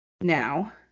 now